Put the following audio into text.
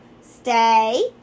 Stay